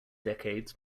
decades